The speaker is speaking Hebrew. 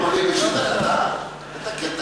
מיקי, תתקן את